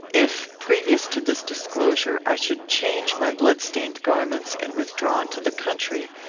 if, previous to this disclosure, i should change my blood-stained garments and withdraw into the country,